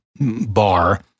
bar